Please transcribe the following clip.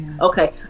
Okay